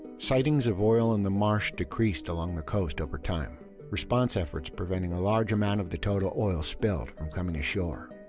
sightings of oil in the marsh decreased along the coast over time, response efforts preventing a large amount of the total oil spilled from coming ashore.